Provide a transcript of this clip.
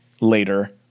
later